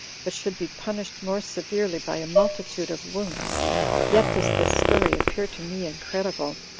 but should be punished more severely by a multitude of wounds yet does this story appear to me incredible,